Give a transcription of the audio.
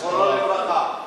זיכרונו לברכה?